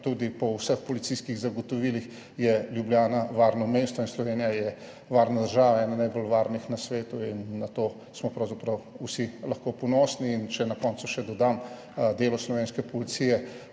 tudi po vseh policijskih zagotovilih, je Ljubljana varno mesto in Slovenija je varna država, ena najbolj varnih na svetu, na kar smo pravzaprav vsi lahko ponosni. In če na koncu še dodam, delo slovenske policije